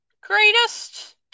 greatest